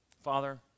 Father